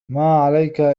ماعليك